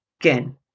again